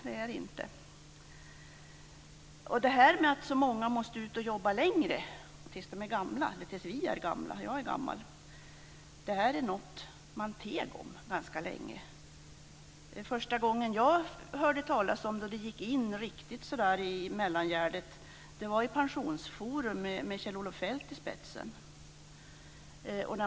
Detta med att så många av oss måste ut och jobba längre, tills vi är gamla - jag är gammal - är något som man teg om ganska länge. Första gången som jag hörde talas om det och som det gick in riktigt i mellangärdet var i Pensionsforum med Kjell-Olof Feldt i spetsen.